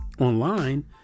online